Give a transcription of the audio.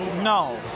No